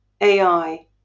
AI